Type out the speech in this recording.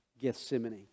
Gethsemane